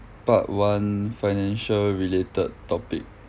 part one financial related topic